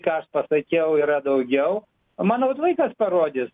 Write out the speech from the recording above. ką aš pasakiau yra daugiau manau laikas parodys